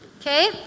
Okay